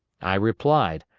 i replied,